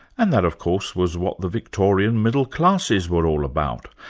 and that, of course, was what the victorian middle classes were all about.